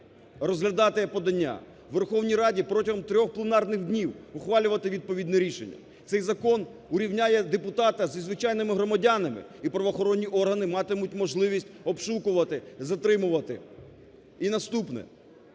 розглядати подання, Верховній Раді протягом трьох пленарних днів ухвалювати відповідне рішення. Цей закон урівняє депутата із звичайними громадянами і правоохоронні органи матимуть можливість обшукувати, затримувати. І наступне,